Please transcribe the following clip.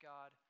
God